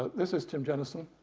this is tim jenison,